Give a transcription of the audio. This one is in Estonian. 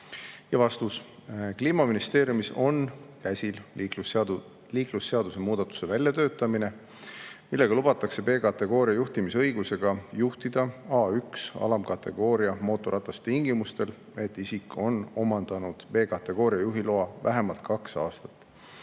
vastus. Kliimaministeeriumis on käsil liiklusseaduse muudatuse väljatöötamine, millega lubatakse B-kategooria juhtimisõigusega juhtida A1-alamkategooria mootorratast tingimusel, et isik on omandanud B-kategooria juhiloa vähemalt kaks aastat